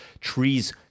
trees